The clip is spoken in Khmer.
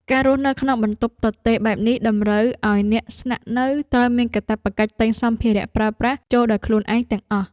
ការរស់នៅក្នុងបន្ទប់ទទេរបែបនេះតម្រូវឱ្យអ្នកស្នាក់នៅត្រូវមានកាតព្វកិច្ចទិញសម្ភារៈប្រើប្រាស់ចូលដោយខ្លួនឯងទាំងអស់។